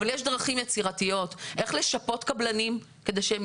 אבל יש דרכים יצירתיות איך לשפות קבלנים כדי שהם